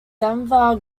denver